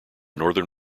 northern